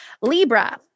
Libra